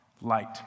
Light